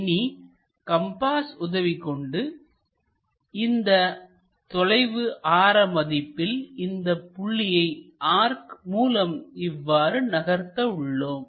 இனி கம்பாஸ் உதவிகொண்டு இந்தத் தொலைவு ஆர மதிப்பில் இந்தப் புள்ளியை ஆர்க் மூலம் இவ்வாறு நகர்த்த உள்ளோம்